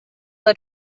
look